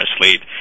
asleep